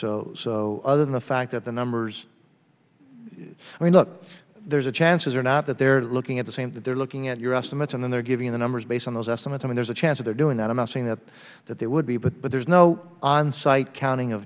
accurate so other than the fact that the numbers we know there's a chances are not that they're looking at the same thing they're looking at your estimates and then they're giving the numbers based on those estimates i mean there's a chance they're doing that i'm not saying that that they would be but but there's no onsite counting of